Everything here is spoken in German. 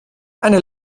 eine